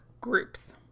groups